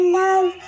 love